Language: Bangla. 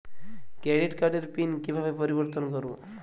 ক্রেডিট কার্ডের পিন কিভাবে পরিবর্তন করবো?